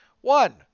One